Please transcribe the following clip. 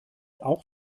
auch